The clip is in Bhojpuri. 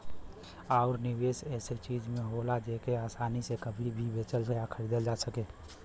आउर निवेस ऐसन चीज में होला जेके आसानी से कभी भी बेचल या खरीदल जा सके